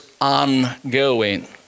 ongoing